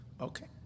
Okay